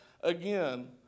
again